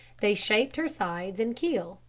they shaped her sides and keel.